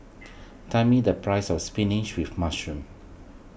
tell me the price of Spinach with Mushroom